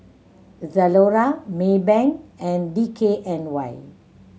Zalora Maybank and D K N Y